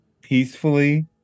peacefully